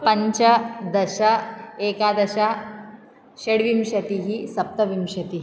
पञ्च दश एकादश षड्विंशतिः सप्तविंशतिः